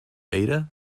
ada